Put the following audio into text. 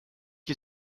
you